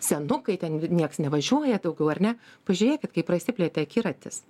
senukai ten nieks nevažiuoja daugiau ar ne pažiūrėkit kaip prasiplėtė akiratis